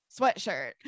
sweatshirt